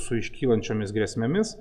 su iškylančiomis grėsmėmis